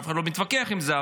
שאף אחד לא מתווכח עם זה,